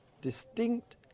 distinct